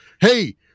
Hey